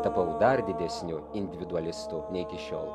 tapau dar didesniu individualistu nei iki šiol